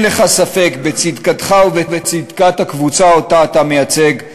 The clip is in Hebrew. לך ספק בצדקתך ובצדקת הקבוצה שאתה מייצג,